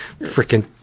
freaking